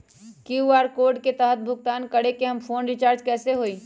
QR code के तहद भुगतान करके हम फोन रिचार्ज कैसे होई?